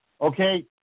okay